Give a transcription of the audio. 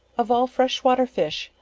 of all fresh water fish,